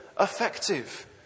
Effective